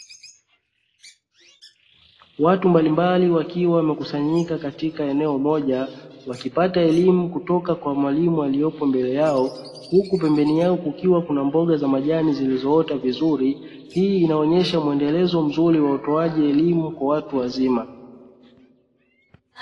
Watu mbalimbali wakiwa wamekusanyika katika eneo moja, wakipata elimu kutoka kwa mwalimu aliyepo mbele yao, huku pembeni yao kukiwa kuna mboga za majani zilizoota vizuri. Hii inaonyesha muendelezo mzuri wa utoaji elimu kwa watu wazima.